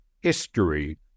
history